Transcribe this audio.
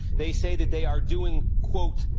they say that they are doing, quote,